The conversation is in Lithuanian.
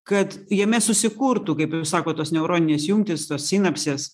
kad jame susikurtų kaip jūs sakot tos neuroninės jungtys tos sinapsės